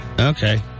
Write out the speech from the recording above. Okay